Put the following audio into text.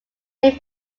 named